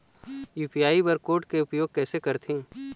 UPI bar code के उपयोग कैसे करथें?